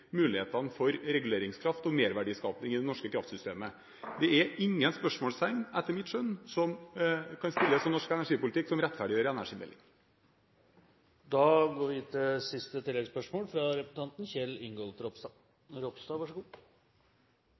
mulighetene for reguleringskraft og merverdiskaping i det norske kraftsystemet. Det er etter mitt skjønn ingen spørsmålstegn som kan settes i norsk energipolitikk, som rettferdiggjør en energimelding. Kjell Ingolf Ropstad – til siste